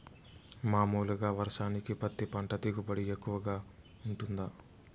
మామూలుగా వర్షానికి పత్తి పంట దిగుబడి ఎక్కువగా గా వుంటుందా?